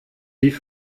wie